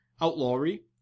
outlawry